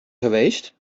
geweest